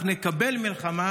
אנחנו נקבל מלחמה,